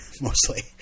mostly